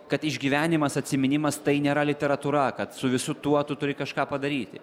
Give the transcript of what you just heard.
kad išgyvenimas atsiminimas tai nėra literatūra kad su visu tuo tu turi kažką padaryti